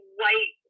white